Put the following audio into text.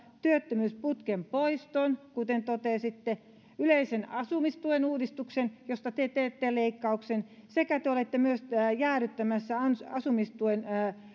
työttömyysputken poiston kuten totesitte yleisen asumistuen uudistuksen siihen te teette leikkauksen sekä te olette myös jäädyttämässä asumistuen